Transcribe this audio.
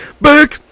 back